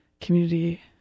community